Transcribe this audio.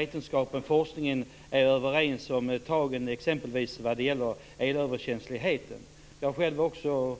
Vetenskapen och forskningen är inte överens om t.ex. elöverkänsligheten. Jag är själv också